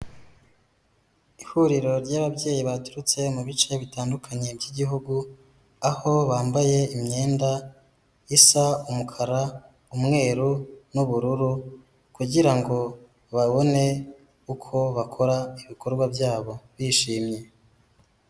Ihuriro ry'ababyeyi baturutse mu bice bitandukanye by'Igihugu, aho bambaye imyenda isa umukara, umweru n'ubururu kugira ngo babone uko bakora ibikorwa byabo bishimye.